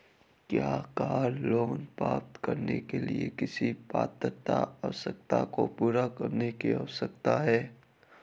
क्या car loan प्राप्त करने के लिए किसी पात्रता आवश्यकता को पूरा करने की आवश्यकता है?